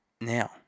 Now